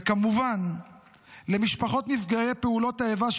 וכמובן למשפחות נפגעי פעולות האיבה,